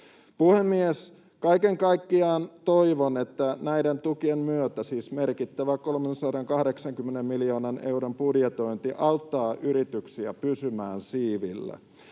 Puhemies! Kaiken kaikkiaan toivon, että näiden tukien myötä siis merkittävä 380 miljoonan euron budjetointi auttaa yrityksiä pysymään siivillä.